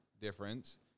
difference